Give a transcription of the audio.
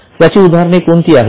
त्याची उदाहरणे कोणती आहेत